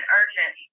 urgent